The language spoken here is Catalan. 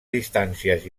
distàncies